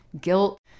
guilt